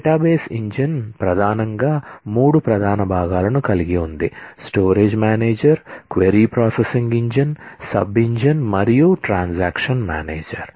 database engine ప్రధానంగా 3 ప్రధాన భాగాలను కలిగి ఉంది స్టోరేజ్ మేనేజర్